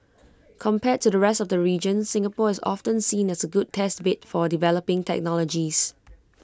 compared to the rest of the region Singapore is often seen as A good test bed for developing technologies